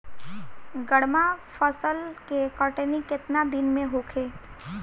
गर्मा फसल के कटनी केतना दिन में होखे?